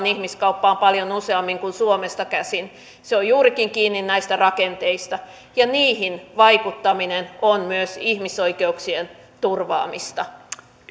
ihmiskauppaan paljon useammin kuin suomesta käsin se on juurikin kiinni näistä rakenteista ja niihin vaikuttaminen on myös ihmisoikeuksien turvaamista